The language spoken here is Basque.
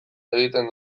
egiten